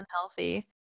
unhealthy